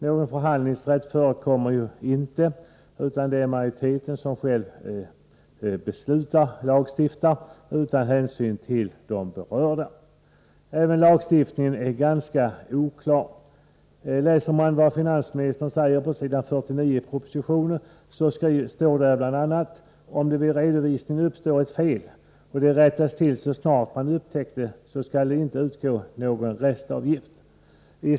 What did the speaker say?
Någon förhandlingsrätt förekommer inte, utan majoriteten lagstiftar utan hänsyn till de berörda. Även lagstiftningen är ganska oklar. På s. 49 i propositionen skriver finansministern att om det vid redovisningen uppstår ett fel och det rättas till så snart man upptäcker felet, skall det inte utgå någon restavgift.